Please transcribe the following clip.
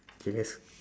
okay that's